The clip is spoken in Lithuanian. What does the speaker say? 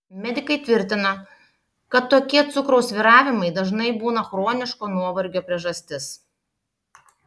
medikai tvirtina kad tokie cukraus svyravimai dažnai būna chroniško nuovargio priežastis